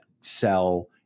sell